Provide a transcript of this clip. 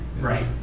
Right